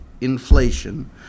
inflation